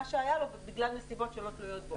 שהיה לו בגלל נסיבות שלא תלויות בו.